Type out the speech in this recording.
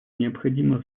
необходимо